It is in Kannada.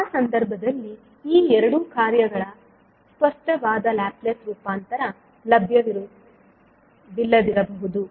ಆ ಸಂದರ್ಭದಲ್ಲಿ ಈ ಎರಡು ಕಾರ್ಯಗಳ ಸ್ಪಷ್ಟವಾದ ಲ್ಯಾಪ್ಲೇಸ್ ರೂಪಾಂತರ ಲಭ್ಯವಿಲ್ಲದಿರಬಹುದು